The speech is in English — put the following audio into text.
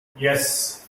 yes